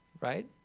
right